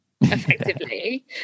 effectively